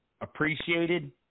appreciated